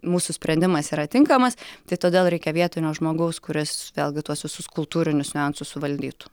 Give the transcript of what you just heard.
mūsų sprendimas yra tinkamas tai todėl reikia vietinio žmogaus kuris vėlgi tuos visus kultūrinius niuansus suvaldytų